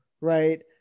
right